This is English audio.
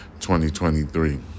2023